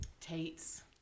Tate's